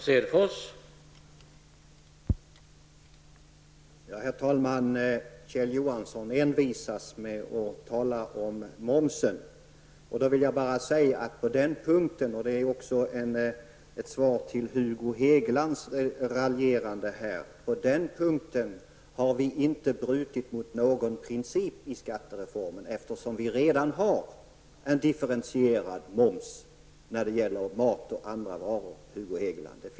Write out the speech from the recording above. Herr talman! Kjell Johansson envisas med att tala om momsen. Jag vill bara säga -- och det är också ett svar på Hugo Hegelands raljerande här -- att vi på den punkten inte har brutit mot någon princip i skattereformen, eftersom vi redan har en differentierad moms på mat och andra varor.